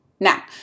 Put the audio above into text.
Now